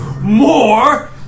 More